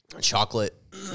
Chocolate